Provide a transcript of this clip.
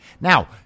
Now